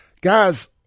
guys